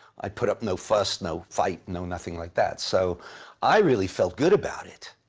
i put up no fuss, no fight, no nothing like that, so i really felt good about it.